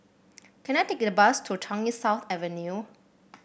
can I take the bus to Changi South Avenue